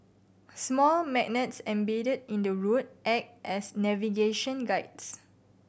small magnets embedded in the road act as navigation guides